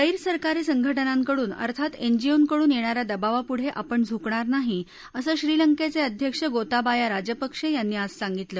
गस्तिरकारी संघटनांकडून अर्थात एनजीओंकडून येणाऱ्या दबावापुढे आपण झुकणार नाही असं श्रीलंकेचे अध्यक्ष गोताबाया राजपक्षे यांनी आज सांगितलं